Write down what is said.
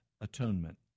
atonement